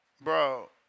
Bro